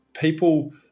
people